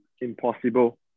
impossible